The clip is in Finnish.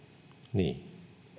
niin